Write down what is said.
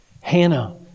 Hannah